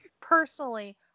personally